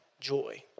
joy